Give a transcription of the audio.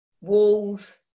walls